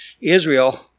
Israel